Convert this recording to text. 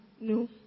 no